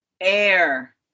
Air